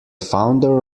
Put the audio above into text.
founder